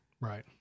Right